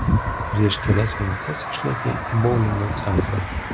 prieš kelias minutes išlėkė į boulingo centrą